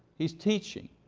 he's teaching.